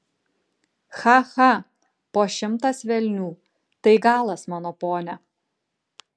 cha cha po šimtas velnių tai galas mano pone